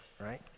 right